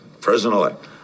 president-elect